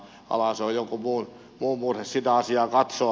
se on jonkun muun murhe sitä asiaa katsoa